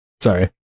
Sorry